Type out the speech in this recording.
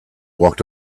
walked